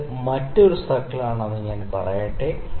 ഇത് മറ്റൊരു സർക്കിളാണെന്ന് ഞാൻ പറയട്ടെ